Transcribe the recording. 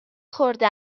خورده